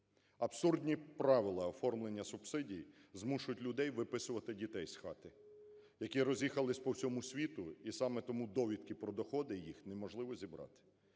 Абсурдні правила оформлення субсидії змушують людей виписувати дітей з хати, які роз'їхались по всьому світу і саме тому довідки про доходи їх неможливо зібрати.